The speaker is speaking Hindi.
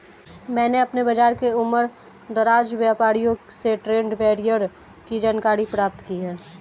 मैंने अपने बाज़ार के उमरदराज व्यापारियों से ट्रेड बैरियर की जानकारी प्राप्त की है